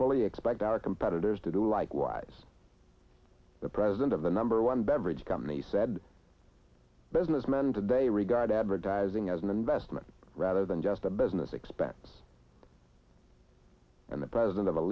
fully expect our competitors to do likewise the president of the number one beverage company said businessman that they regard advertising as an investment rather than just a business expense and the president of the